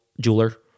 jeweler